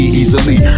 easily